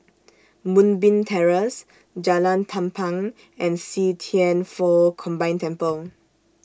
Moonbeam Terrace Jalan Tampang and See Thian Foh Combined Temple